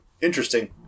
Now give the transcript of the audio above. interesting